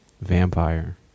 Vampire